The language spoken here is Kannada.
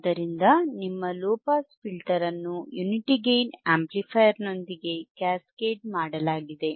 ಆದ್ದರಿಂದ ನಿಮ್ಮ ಲೊ ಪಾಸ್ ಫಿಲ್ಟರ್ ಅನ್ನು ಯುನಿಟಿ ಗೇಯ್ನ್ ಆಂಪ್ಲಿಫೈಯರ್ನೊಂದಿಗೆ ಕ್ಯಾಸ್ಕೇಡ್ ಮಾಡಲಾಗಿದೆ